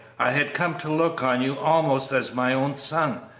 i had come to look on you almost as my own son!